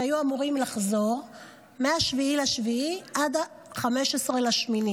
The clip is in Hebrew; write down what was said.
שהיו אמורים לחזור מ-7 ביולי עד 15 באוגוסט.